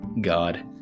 God